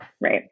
right